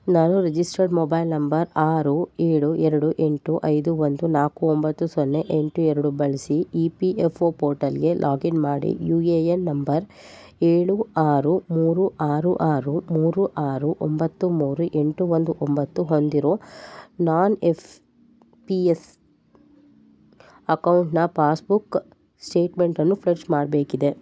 ನಾನು registered mobile number ಆರು ಏಳು ಎರಡು ಎಂಟು ಐದು ಒಂದು ನಾಲ್ಕು ಒಂಬತ್ತು ಸೊನ್ನೆ ಎಂಟು ಎರಡು ಬಳಸಿ ಇ ಪಿ ಎಫ್ ಒ ಪೋರ್ಟಲ್ಗೆ ಲಾಗಿನ್ ಮಾಡಿ ಯು ಎ ಎನ್ ನಂಬರ್ ಏಳು ಆರು ಮೂರು ಆರು ಆರು ಮೂರು ಆರು ಒಂಬತ್ತು ಮೂರು ಎಂಟು ಒಂದು ಒಂಬತ್ತು ಹೊಂದಿರೋ ನಾನ್ ಎಸ್ ಪಿ ಎಫ್ ಅಕೌಂಟ್ನ ಪಾಸ್ಬುಕ್ಕ ಸ್ಟೇಟ್ಮೆಂಟನ್ನು ರಿಫ್ರೆಷ್ ಮಾಡಬೇಕಿದೆ